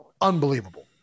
unbelievable